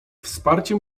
wsparcie